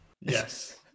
Yes